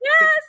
Yes